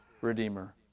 redeemer